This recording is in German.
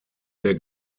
der